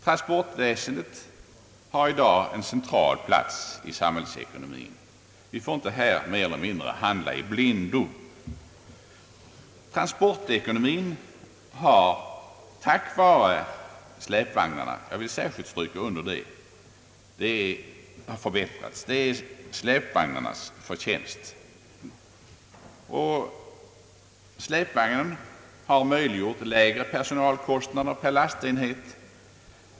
Transportväsendet har i dag en central plats i samhällsekonomin. Vi får inte här mer eller mindre handla i blindo. Transportekonomin har — jag vill särskilt understryka detta — förbättrats tack vare släpvagnarna. Släpvagnen har möjliggjort lägre personalkostnader per lastenhet.